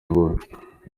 bube